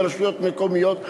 לרשויות מקומיות,